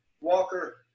Walker